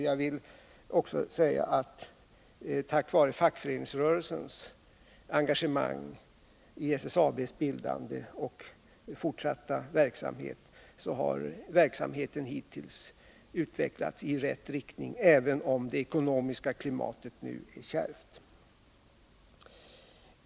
Jag vill också säga att verksamheten tack vare fackföreningsrörelsens engagemang i SSAB:s bildande och fortsatta aktivitet hittills har utvecklats i rätt riktning, även om det ekonomiska klimatet nu är kärvt.